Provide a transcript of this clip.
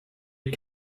est